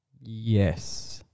yes